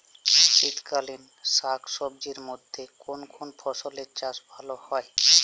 শীতকালীন শাকসবজির মধ্যে কোন কোন ফসলের চাষ ভালো হয়?